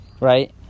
right